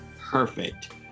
perfect